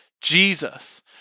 Jesus